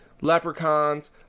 Leprechauns